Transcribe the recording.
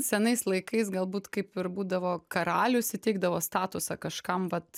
senais laikais galbūt kaip ir būdavo karalius įteikdavo statusą kažkam vat